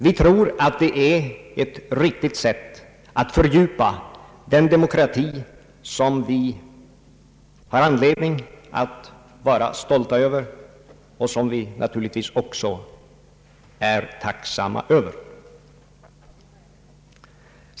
Vi tror att det är ett riktigt sätt att fördjupa den demokrati som vi har anledning att vara stolta över och som vi naturligtvis även är tacksamma för.